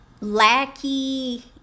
lackey